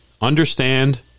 understand